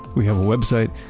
we have a website,